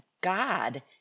God